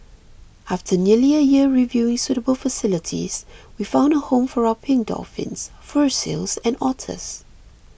after nearly a year reviewing suitable facilities we found a home for our pink dolphins fur seals and otters